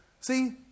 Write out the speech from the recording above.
See